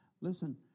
Listen